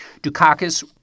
Dukakis